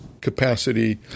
capacity